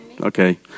Okay